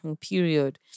Period